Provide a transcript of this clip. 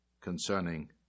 concerning